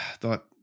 thought